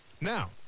Now